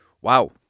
Wow